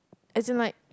as in like